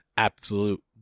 Absolute